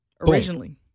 originally